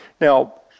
Now